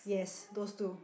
yes those two